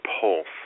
pulse